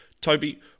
Toby